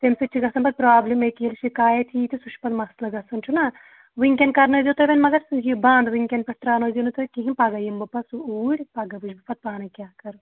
تمہِ سۭتۍ چھِ گژھان پَتہٕ پرابلِم مےٚ کیل شِکایت یہِ تہِ سُہ چھُ پَتہٕ مَسلہٕ گژھان چھُنا وٕنکٮ۪ن کَرنٲیزیٚو تُہۍ وۅنۍ مگر یہِ بنٛد وٕنکٮ۪ن پٮ۪ٹھ ترٛاونٲزیٚو نہٕ تُہۍ کِہیٖنۍ پگاہ یِمہٕ بہٕ پَتہٕ سُہ اوٗرۍ پگہہ وٕچھٕ بہٕ پَتہٕ پانَے کیٛاہ کَرو